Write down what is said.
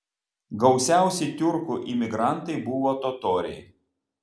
gausiausi tiurkų imigrantai buvo totoriai